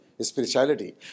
Spirituality